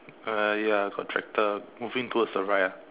uh ya got tractor moving towards the right ah